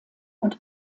und